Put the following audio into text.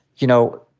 you know,